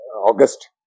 August